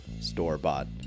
store-bought